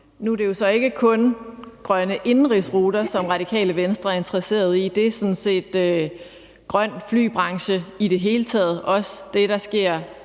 Nu er det jo så ikke kun grønne indenrigsruter, som Radikale Venstre er interesseret i. Det er sådan set en grøn flybranche i det hele taget, også det, der sker,